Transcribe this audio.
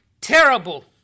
terrible